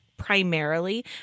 primarily